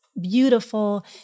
beautiful